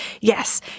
yes